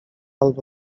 albo